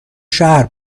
شهر